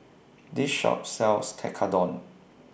This Shop sells Tekkadon